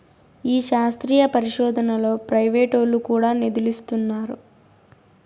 ఈ శాస్త్రీయ పరిశోదనలో ప్రైవేటోల్లు కూడా నిదులిస్తున్నారు